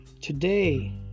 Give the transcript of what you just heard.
Today